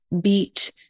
beat